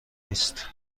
نیست